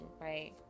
right